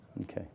Okay